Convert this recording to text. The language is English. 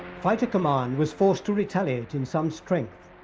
fighter command was forced to retaliate in some strength.